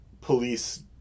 police